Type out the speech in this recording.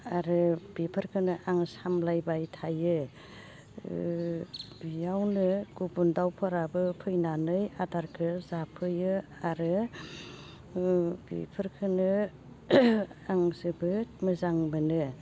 आरो बिफोरखोनो आं सामलायबाय थायो बियावनो गुबुन दाउफोराबो फैनानै आदारखो जाफैयो आरो बिफोरखोनो आं जोबोद मोजां मोनो